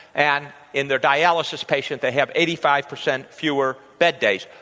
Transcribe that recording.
and in their dialysis patients they have eighty five percent fewer bed days.